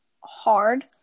hard